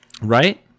Right